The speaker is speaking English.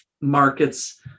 markets